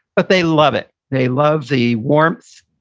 but they love it. they love the warmth,